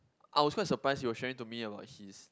I was quite surprised he was sharing to me about his